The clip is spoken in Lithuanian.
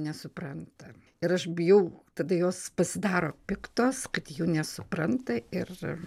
nesupranta ir aš bijau tada jos pasidaro piktos kad jų nesupranta ir